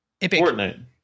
Fortnite